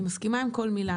אני מסכימה עם כל מילה.